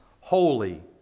Holy